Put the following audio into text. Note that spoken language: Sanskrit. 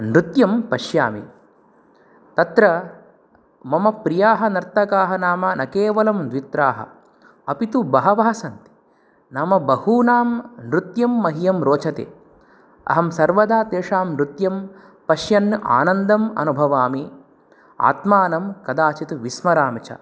नृत्यं पश्यामि तत्र मम प्रियाः नर्तकाः न केवलं द्वित्राः अपि तु बहवः सन्ति नाम बहूनां नृत्यं मह्यं रोचते अहं सर्वदा तेषां नृत्यं पश्यन् आनन्दम् अनुभवामि आत्मानं कदाचित् विस्मरामि च